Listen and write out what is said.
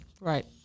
Right